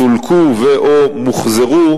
סולקו או מוחזרו,